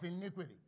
iniquity